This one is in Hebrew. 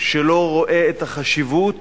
שלא רואה את החשיבות